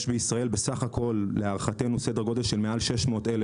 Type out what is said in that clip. יש בישראל להערכתנו בסך הכול סדר גודל של מעל 600,000